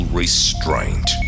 restraint